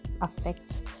affects